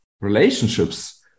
relationships